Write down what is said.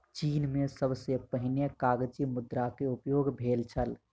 चीन में सबसे पहिने कागज़ी मुद्रा के उपयोग भेल छल